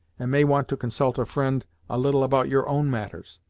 and may want to consult a fri'nd a little about your own matters.